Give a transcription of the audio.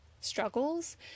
struggles